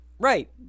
Right